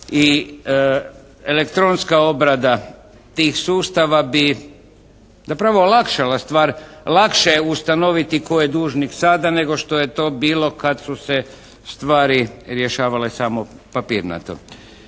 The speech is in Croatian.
i elektronska obrada tih sustava bi zapravo olakšala stvar. Lakše je ustanoviti tko je dužnik sada, nego što je to bilo kad su se stvari rješavale samo papirnato.